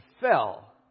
fell